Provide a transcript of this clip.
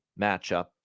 matchup